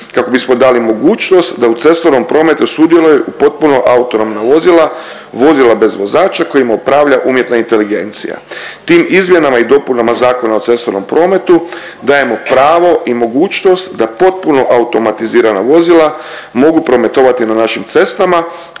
kako bismo dali mogućnost da u cestovnom prometu sudjeluje u potpuno autonomna vozila, vozila bez vozača kojima upravlja umjetna inteligencija. Tim izmjenama i dopunama Zakona o cestovnom prometu dajemo pravo i mogućnost da potpuno automatizirana vozila mogu prometovati na našim cestama,